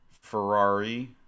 ferrari